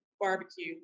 barbecue